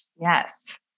Yes